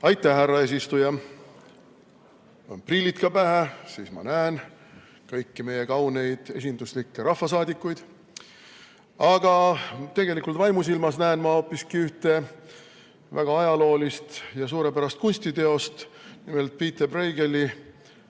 Aitäh, härra eesistuja! Ma panen prillid ka pähe, siis ma näen kõiki meie kauneid esinduslikke rahvasaadikuid. Aga tegelikult vaimusilmas näen ma hoopiski ühte väga ajaloolist ja suurepärast kunstiteost, nimelt Pieter Bruegeli